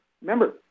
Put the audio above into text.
Remember